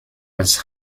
als